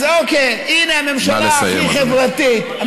אז אוקיי, הינה הממשלה הכי חברתית נא לסיים.